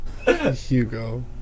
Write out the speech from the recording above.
Hugo